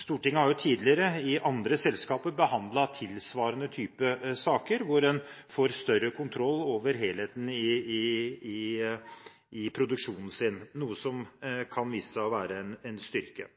Stortinget har tidligere når det gjelder andre selskaper behandlet tilsvarende typer saker, hvor en får større kontroll over helheten i sin produksjon, noe som kan vise seg å være en styrke.